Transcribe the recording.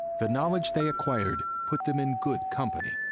the knowledge they acquired put them in good company,